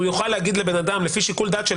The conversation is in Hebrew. הוא יוכל להגיד לבן אדם לפי שיקול דעתו